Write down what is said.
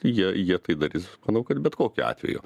jie jie tai darys manau kad bet kokiu atveju